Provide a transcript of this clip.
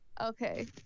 Okay